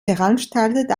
veranstaltet